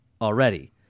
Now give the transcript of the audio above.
already